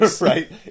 Right